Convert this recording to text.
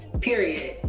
Period